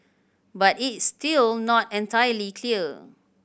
but it's still not entirely clear